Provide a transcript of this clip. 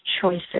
choices